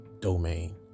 domain